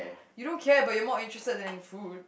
you don't care but you're more interested in food